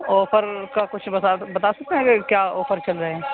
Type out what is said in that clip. offer کا کچھ بتا بتا سکتے ہیں کہ کیا آفر چل رہے ہیں